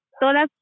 todas